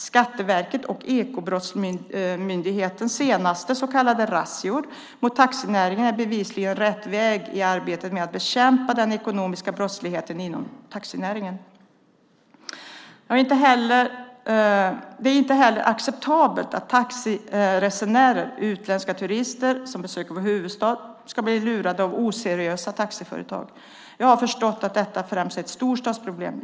Skatteverkets och Ekobrottsmyndighetens senaste så kallade razzior mot taxinäringen är bevisligen rätt väg i arbetet med att bekämpa den ekonomiska brottsligheten inom taxinäringen. Det är heller inte acceptabelt att taxiresenärer, utländska turister som besöker vår huvudstad, ska bli lurade av oseriösa taxiföretag. Jag har förstått att detta är främst ett storstadsproblem.